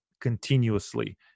continuously